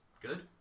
good